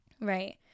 right